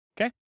Okay